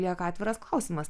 lieka atviras klausimas